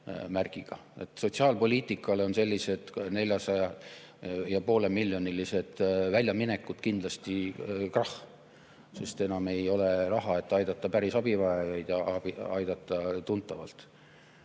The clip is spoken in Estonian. Sotsiaalpoliitikale on sellised 450-miljonilised väljaminekud kindlasti krahh, sest enam ei ole raha, et aidata päris abivajajaid ja aidata tuntavalt.